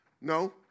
No